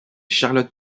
charlotte